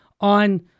on